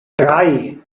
drei